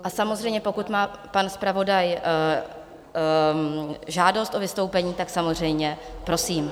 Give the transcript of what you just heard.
A samozřejmě pokud má pan zpravodaj žádost o vystoupení, tak samozřejmě prosím.